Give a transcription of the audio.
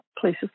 places